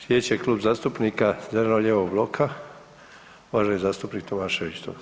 Sljedeći je Klub zastupnika zeleno-lijevog bloka, uvaženi zastupnik Tomašević.